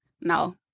no